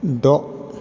द